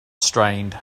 strained